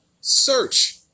Search